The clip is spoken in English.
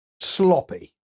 Sloppy